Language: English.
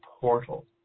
portal